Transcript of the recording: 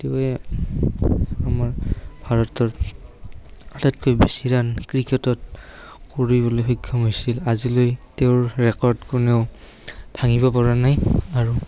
তেৱেঁ আমাৰ ভাৰতত আটাইতকৈ বেছি ৰাণ ক্ৰিকেটত কৰিবলৈ সক্ষম হৈছিল আজিলৈ তেওঁৰ ৰেকৰ্ড কোনেও ভাঙিব পৰা নাই আৰু